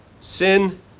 sin